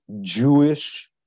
Jewish